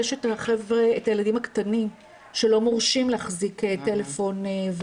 יש את הילדים הקטנים שלא מורשים להחזיק טלפון.